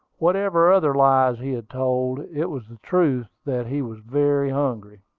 whatever other lies he had told, it was the truth that he was very hungry.